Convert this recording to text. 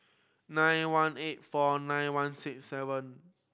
nine one eight four nine one six seven